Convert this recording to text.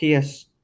PS